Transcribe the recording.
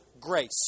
grace